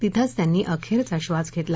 तिथंच त्यांनी अखेरचा श्वास घेतला